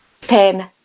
ten